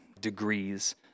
degrees